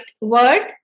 word